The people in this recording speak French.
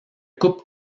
couple